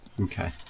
Okay